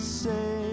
say